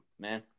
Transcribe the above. man